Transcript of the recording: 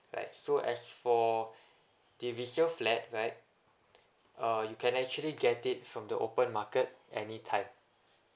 right so as for the resale flat right uh you can actually get it from the open market any time